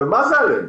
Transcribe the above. מה זה "עלינו"?